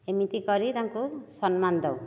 ଏମିତି କରି ତାଙ୍କୁ ସମ୍ମାନ ଦେଉ